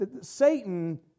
Satan